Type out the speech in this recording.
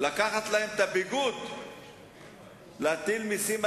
לאו דווקא על